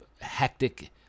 hectic